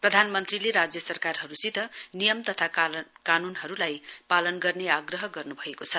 प्रधानमन्त्रीले राज्य सरकारहरूसित नियम तथा कानूनहरूलाई पालन गर्ने आग्रह गर्नुभएको छ